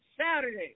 Saturday